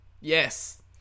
Yes